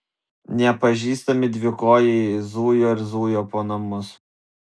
nepažįstami dvikojai zujo ir zujo po namus